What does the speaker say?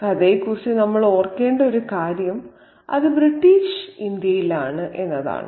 കഥയെക്കുറിച്ച് നമ്മൾ ഓർക്കേണ്ട ഒരു കാര്യം അത് ബ്രിട്ടീഷ് ഇന്ത്യയിലാണ്